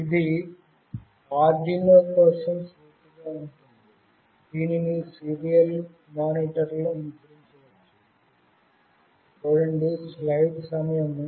ఇది ఆర్డునో కోసం సూటిగా ఉంటుంది దీనిని సీరియల్ మానిటర్లో ముద్రించవచ్చు